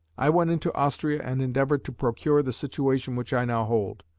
i went into austria and endeavoured to procure the situation which i now hold.